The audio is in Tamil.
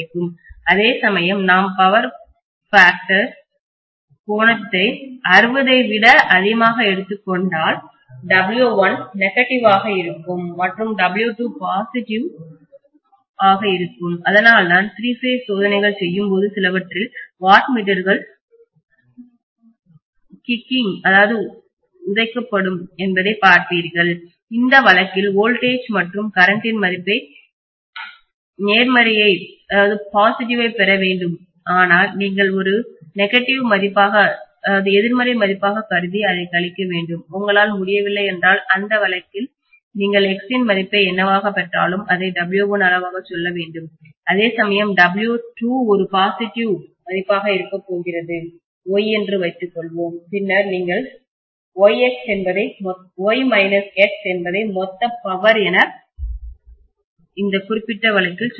அதேசமயம் நான் பவர் ஃபேக்டர் சக்தி காரணி கோணத்தை 60 ஐ விட அதிகமாக வைத்துக்கொண்டால் W1 நெகட்டிவ் எதிர்மறை ஆக இருக்கும் மற்றும் W2 பாசிட்டிவ்நேர்மறையாக இருக்கும் அதனால்தான் திரி பேஸ் சோதனைகள் செய்யும்போது சிலவற்றில் நீங்கள் வாட் மீட்டர்கள் உதைக்கக்கூடும் என்பதை பார்ப்பீர்கள் இந்த வழக்கில் வோல்டேஜ் அல்லது கரண்ட் இன் மதிப்பை நேர்மறையைப் பெற வேண்டும் ஆனால் நீங்கள் ஒரு எதிர்மறை மதிப்பாகக் கருதி அதைக் கழிக்க வேண்டும் உங்களால் முடியவில்லை என்றால் அந்த வழக்கில் நீங்கள் X இன் மதிப்பை என்னவாக பெற்றாலும் அதை W1 அளவாகச் சொல்ல வேண்டும்அதேசமயம் W2 ஒரு பாசிட்டிவ்நேர்மறையான மதிப்பாக இருக்கப் போகிறது Y என்று வைத்துக்கொள்வோம் பின்னர் நீங்கள் Y X என்பதை மொத்த பவர் என இந்த குறிப்பிட்ட வழக்கில் சொல்லப் போகிறீர்கள்